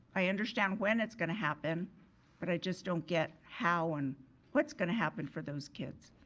i understand when it's gonna happen but i just don't get how and what's gonna happen for those kids.